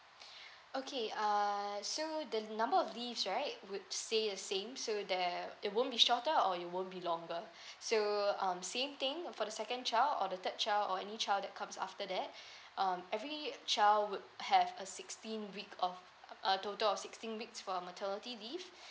okay err so the number of leave right would stay the same so there it won't be shorter or it won't be longer so um same thing or for the second child or the third child or any child that comes after that um every child would have a sixteen week of a total of sixteen weeks for a maternity leave